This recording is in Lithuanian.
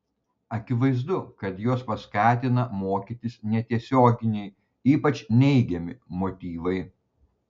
akivaizdu kad juos paskatina mokytis netiesioginiai ypač neigiami motyvai